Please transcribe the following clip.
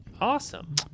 Awesome